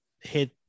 hit